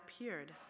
appeared